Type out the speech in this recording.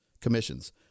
commissions